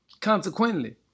Consequently